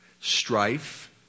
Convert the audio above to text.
strife